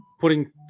putting